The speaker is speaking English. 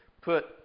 put